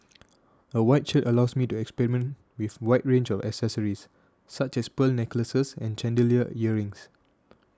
a white shirt allows me to experiment with wide range of accessories such as pearl necklaces and chandelier earrings